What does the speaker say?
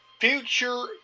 future